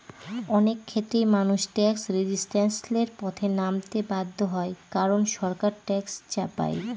অনেক ক্ষেত্রেই মানুষ ট্যাক্স রেজিস্ট্যান্সের পথে নামতে বাধ্য হয় কারন সরকার ট্যাক্স চাপায়